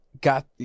got